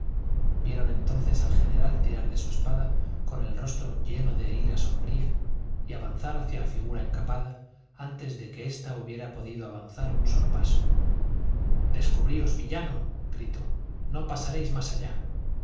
vieron entonces al general tirar de su espada con el rostro lleno de ira sombría y avanzar hacia la figura encapada antes de que ésta hubiera podido avanzar un solo paso descubríos villano gritó no pasaréis más allá